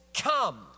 come